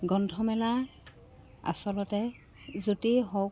গ্ৰন্থমেলা আচলতে য'তেই হওক